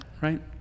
Right